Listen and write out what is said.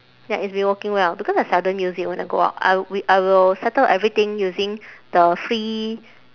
ya it's been working well because I seldom use it when I go out I w~ I will settle everything using the free